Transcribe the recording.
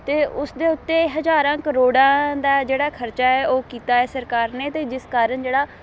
ਅਤੇ ਉਸ ਦੇ ਉੱਤੇ ਹਜ਼ਾਰਾਂ ਕਰੋੜਾਂ ਦਾ ਜਿਹੜਾ ਖਰਚਾ ਹੈ ਉਹ ਕੀਤਾ ਹੈ ਸਰਕਾਰ ਨੇ ਅਤੇ ਜਿਸ ਕਾਰਨ ਜਿਹੜਾ